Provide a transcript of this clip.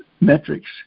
metrics